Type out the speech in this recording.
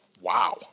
Wow